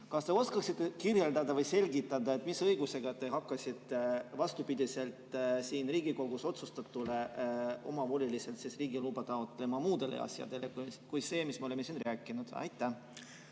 Kas te oskaksite selgitada, mis õigusega te hakkasite vastupidi siin Riigikogus otsustatule omavoliliselt riigi luba taotlema muudele asjadele kui sellele, mis me olime siin rääkinud? Aitäh,